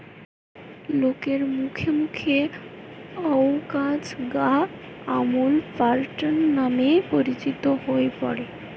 লোকের মুখে মুখে অউ কাজ গা আমূল প্যাটার্ন নামে পরিচিত হই পড়ে